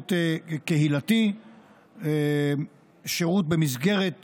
שירות קהילתי, שירות במסגרת העיר,